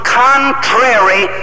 contrary